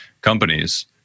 companies